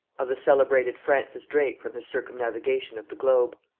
of the celebrated francis drake from his circumnavigation of the globe.